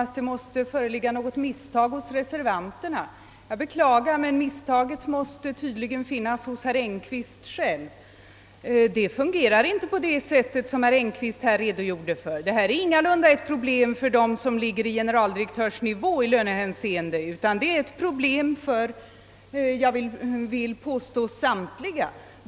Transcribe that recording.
att det måste föreligga något misstag från reservanternas sida. Jag beklagar, men misstaget måste tydligen föreligga hos herr Engkvist själv. Det fungerar inte på det sätt som herr Engkvist här redogjort för. Detta är ingalunda ett problem endast för dem som står på generaldirektörsnivå i lönehänseende, utan jag vill påstå att det är ett problem för samtliga.